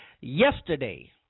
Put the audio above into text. yesterday